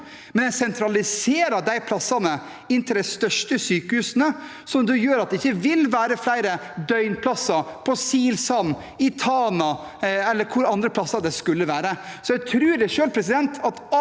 men å sentralisere plassene inn til de største sykehusene, gjør at det ikke vil være flere døgnplasser på Silsand, i Tana eller hvor det ellers skulle være. Så jeg tror selv at